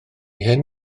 hyn